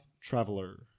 Traveler